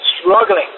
struggling